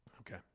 Okay